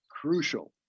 crucial